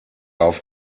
auf